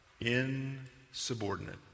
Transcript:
Insubordinate